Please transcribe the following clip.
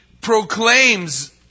proclaims